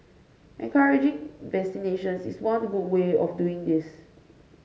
encouraging vaccinations is one good way of doing this